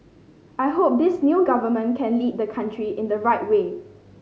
I hope this new government can lead the country in the right way